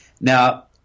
Now